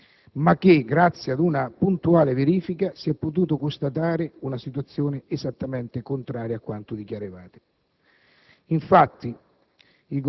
non c'era: grazie ad una puntuale verifica si è potuto constatare una situazione esattamente contraria a quanto dichiaravate.